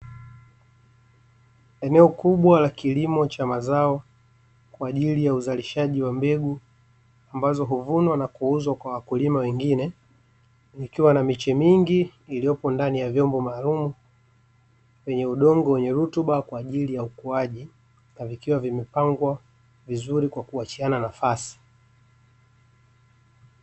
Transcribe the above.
Eneo kubwa la kilimo cha mazao, kwa ajili ya uzalishaji wa mbegu ambazo huvunwa na kuuzwa kwa wakulima wengine, likiwa na miche mingi iliopo ndani ya vyombo maalum, yenye udongo wenye rutuba kwa ajili ya ukuaji na vikiwa vimepangwa vizuri kwa kuachiana nafasi.